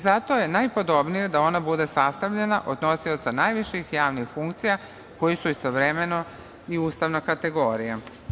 Zato je najpodobnije da ona bude sastavljena od nosioca najviših javnih funkcija koji su istovremeno i ustavna kategorija.